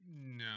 no